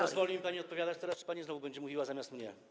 Pozwoli mi pani odpowiadać teraz, czy pani znowu będzie mówiła zamiast mnie?